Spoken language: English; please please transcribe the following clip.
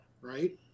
right